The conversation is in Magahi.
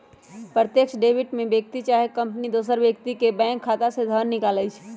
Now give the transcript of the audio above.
प्रत्यक्ष डेबिट में व्यक्ति चाहे कंपनी दोसर व्यक्ति के बैंक खता से धन निकालइ छै